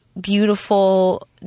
beautiful